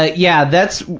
ah yeah, that's,